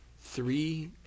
three